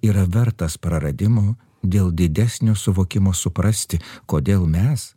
yra vertas praradimo dėl didesnio suvokimo suprasti kodėl mes